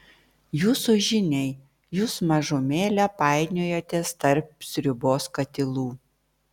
jūsų žiniai jūs mažumėlę painiojatės tarp sriubos katilų